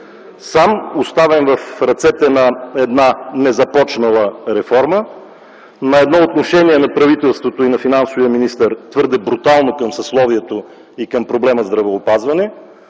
Сам, оставен в ръцете на една незапочнала реформа, на едно отношение на правителството и на финансовия министър твърде брутално към съсловието и към проблема „здравеопазване”;